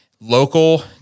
local